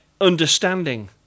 understanding